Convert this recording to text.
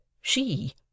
she